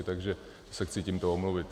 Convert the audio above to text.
Takže se chci tímto omluvit.